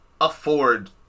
afford